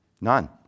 None